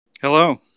Hello